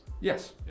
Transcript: Yes